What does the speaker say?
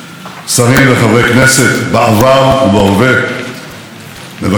מבקר המדינה השופט בדימוס יוסף שפירא,